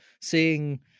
seeing